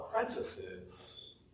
apprentices